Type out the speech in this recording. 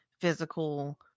physical